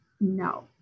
no